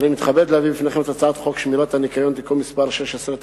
אני מתכבד להביא בפניכם את הצעת חוק שמירת הניקיון (תיקון מס' 16),